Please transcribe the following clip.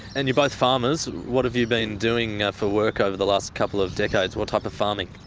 and you're both farmers. what have you been doing for work over the last couple of decades, what type of farming?